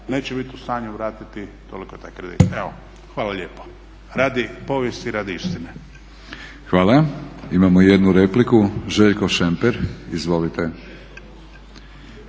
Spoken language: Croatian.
neće bit u stanju vratiti toliko taj kredit. Evo hvala lijepo. Radi povijesti i radi istine. **Batinić, Milorad (HNS)** Hvala. Imamo jednu repliku, Željko Šemper. Izvolite.